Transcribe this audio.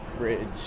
bridge